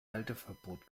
halteverbot